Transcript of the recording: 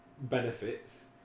benefits